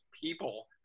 people